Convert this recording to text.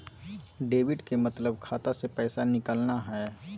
debit के मतलब खाता से पैसा निकलना हय